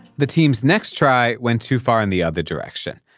the team's next try went too far in the other direction.